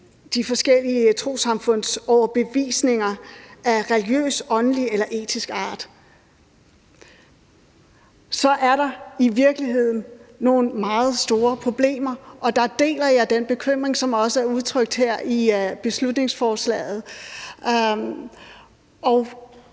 de forskellige trossamfunds overbevisninger af religiøs, åndelig eller etisk art. Så er der i virkeligheden nogle meget store problemer, og dér deler jeg den bekymring, som også er udtrykt her i beslutningsforslaget.